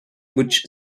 which